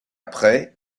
après